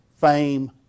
fame